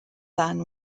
than